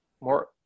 more